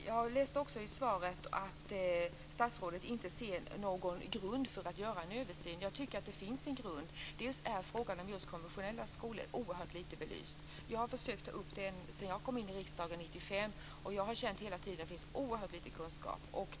Jag läser i svaret att statsrådet inte ser någon grund för att göra en översyn. Jag tycker att det finns en grund för en sådan. Först och främst är frågan om konfessionella skolor oerhört oerhört lite belyst. Jag har försökt ta upp den sedan jag kom in i riksdagen 1995, och jag har hela tiden känt att det finns oerhört lite av kunskap.